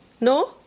No